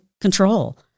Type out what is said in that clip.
control